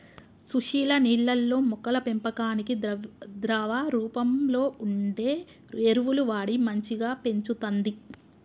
సుశీల నీళ్లల్లో మొక్కల పెంపకానికి ద్రవ రూపంలో వుండే ఎరువులు వాడి మంచిగ పెంచుతంది